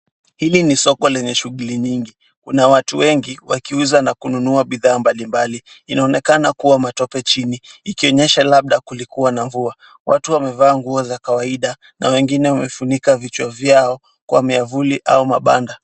Hili ni soko lenye shughuli nyingi. Kuna watu wengi wakiuza na kununua bidhaa mbalimbali. Inaonekana kuwa matope chini ikionyesha labda kulikua na mvua. Watu wamevaa nguo za kawaida na wengine wamefunika vichwa vyao kwa mwavuli au mabanda.